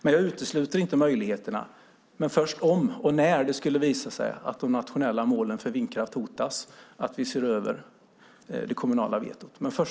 Men jag utesluter inte möjligheterna att se över det kommunala vetot, men först om och när det skulle visa sig att de nationella målen för vindkraft hotas.